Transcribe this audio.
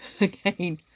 again